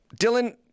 Dylan